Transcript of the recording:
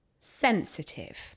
sensitive